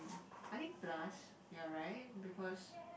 I think plus you're right because